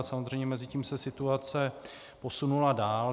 Samozřejmě mezitím se situace posunula dál.